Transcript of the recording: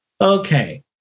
Okay